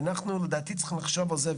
אנחנו לדעתי צריכים לחשוב על זה.